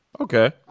Okay